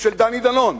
של דני דנון.